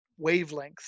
wavelengths